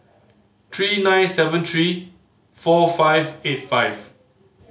three nine seven three four five eight five